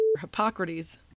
Hippocrates